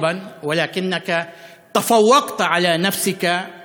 (אומר דברים בשפה הערבית, להלן תרגומם: